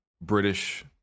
British